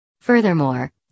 Furthermore